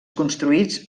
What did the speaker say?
construïts